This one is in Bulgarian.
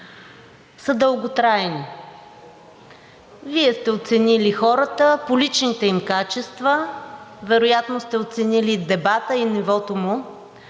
са дълготрайни. Вие сте оценили хората по личните им качества, вероятно сте оценили дебата и нивото му